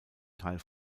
teil